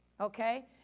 Okay